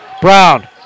Brown